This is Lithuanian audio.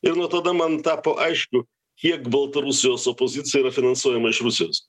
ir nuo tada man tapo aišku kiek baltarusijos opozicija yra finansuojama iš rusijos